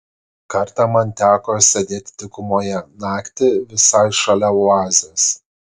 kartą man teko sėdėti dykumoje naktį visai šalia oazės